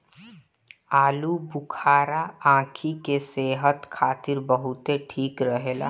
आलूबुखारा आंखी के सेहत खातिर बहुते ठीक रहेला